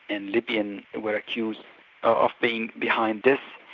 and libyans were accused of being behind this,